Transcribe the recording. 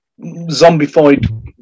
zombified